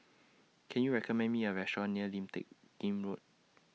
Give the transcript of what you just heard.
Can YOU recommend Me A Restaurant near Lim Teck Kim Road